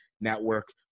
network